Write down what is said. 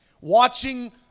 Watching